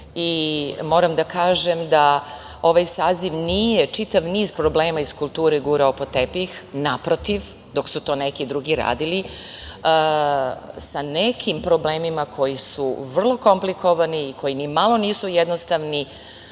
i moram da kažem da ovaj saziv nije čitav niz problema iz kulture gurao pod tepih - naprotiv, dok su to neki drugi radili, sa nekim problemima koji su vrlo komplikovani i koji nimalo nisu jednostavni